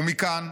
"ומכאן,